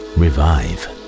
revive